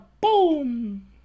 boom